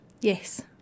Yes